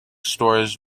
stores